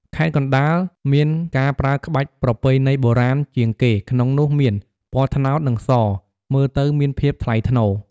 ខេត្តកណ្ដាល មានការប្រើក្បាច់ប្រពៃណីបុរាណជាងគេក្នុងនោះមាន ពណ៌ត្នោត និង ស មើលទៅមានភាពថ្លៃថ្នូរ។